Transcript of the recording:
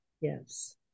Yes